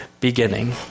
beginning